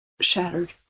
shattered